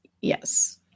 yes